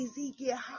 Ezekiel